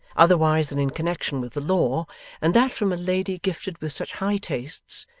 otherwise than in connection with the law and that from a lady gifted with such high tastes,